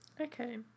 Okay